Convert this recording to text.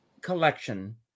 collection